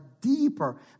deeper